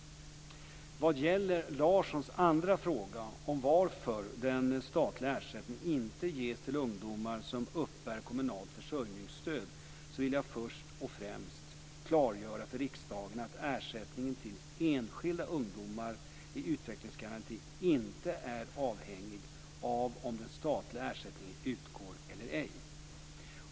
Vad gäller Larssons andra fråga, varför den statliga ersättningen inte ges till ungdomar som uppbär kommunalt försörjningsstöd, vill jag först och främst klargöra för riksdagen att ersättningen till enskilda ungdomar i utvecklingsgaranti inte är avhängig av om den statliga ersättningen utgår eller ej.